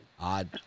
odd